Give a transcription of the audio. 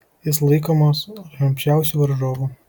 jis laikomas rimčiausiu varžovu